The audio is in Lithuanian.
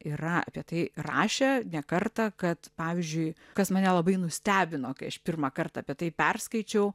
yra apie tai rašę ne kartą kad pavyzdžiui kas mane labai nustebino kai aš pirmą kartą apie tai perskaičiau